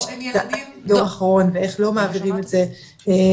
שזה יהיה הדור האחרון ואיך לא מעבירים את זה הלאה.